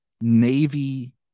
Navy